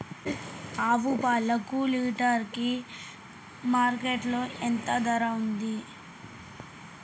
ఆవు పాలకు లీటర్ కి మార్కెట్ లో ఎంత ఉంది?